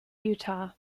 utah